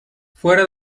fuera